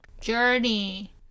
journey